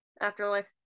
Afterlife